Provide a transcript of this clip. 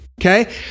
okay